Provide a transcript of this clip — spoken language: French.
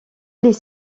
est